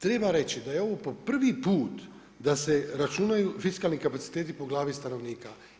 Treba reći da je ovo po prvi put da se računaju fiskalni kapaciteti po glavi stanovnika.